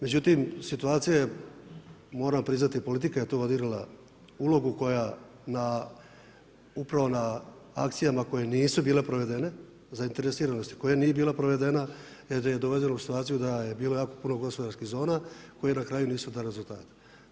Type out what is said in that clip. Međutim situacija je moram priznati, politika je tu odigrala ulogu koja upravo na akcijama koje nisu bile provedene, zainteresiranosti koja nije bila provedena jer je dovedeno u situaciju da je bilo jako puno gospodarskih zona koje na kraju nisu dale rezultate.